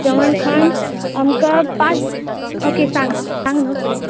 जेवण खाण आमकां पांच ओके सांग सांग न्हू फुडें